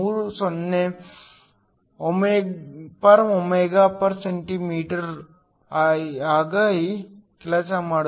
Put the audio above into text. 30 ω 1 cm 1 ಆಗಿ ಕೆಲಸ ಮಾಡುತ್ತದೆ